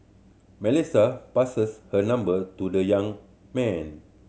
Melissa passes hers her number to the young man